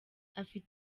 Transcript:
afise